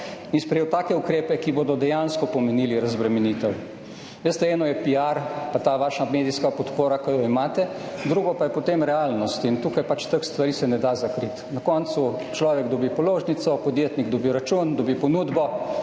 sprejela take ukrepe, ki bodo dejansko pomenili razbremenitev. Veste, eno je piar, pa ta vaša medijska podpora, ki jo imate. Drugo pa je potem realnost. In tukaj se pač teh stvari ne da zakriti. Na koncu dobi človek položnico, podjetnik dobi račun, dobi ponudbo